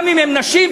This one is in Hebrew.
גם אם הם נשים,